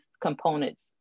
components